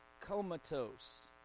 comatose